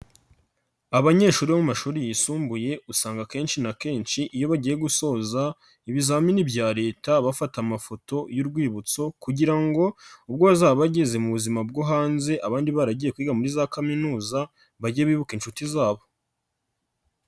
Abanyeshuri bo mu mashuri yisumbuye usanga kenshi na kenshi iyo bagiye gusoza ibizamini bya leta, bafata amafoto y'urwibutso kugira ngo ubwo bazaba bageze mu buzima bwo hanze abandi baragiye kwiga muri za kaminuza, bajye bibuka inshuti zabo.